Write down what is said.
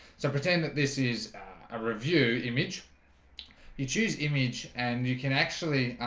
so pretend that this is a review image you choose image and you can actually